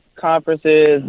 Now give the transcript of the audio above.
conferences